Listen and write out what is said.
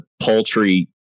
paltry